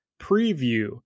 preview